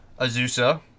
Azusa